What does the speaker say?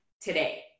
today